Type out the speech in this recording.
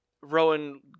Rowan